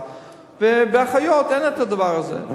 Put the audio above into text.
ואצל אחיות אין דבר כזה,